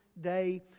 day